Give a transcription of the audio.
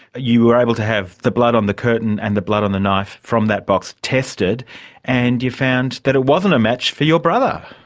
you were able to have the blood on the curtain and the blood on the knife from that box tested and you found that it wasn't a match for your brother?